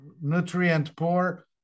nutrient-poor